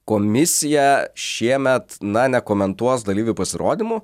komisija šiemet na nekomentuos dalyvių pasirodymų